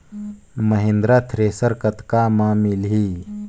Mahindra thresher कतका म मिलही?